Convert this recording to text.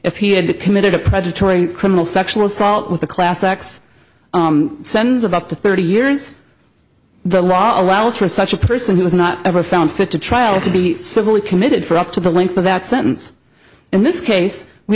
if he had committed a predatory criminal sexual assault with a class x sense of up to thirty years the law allows for such a person who was not ever found fit to trial to be civilly committed for up to the length of that sentence in this case we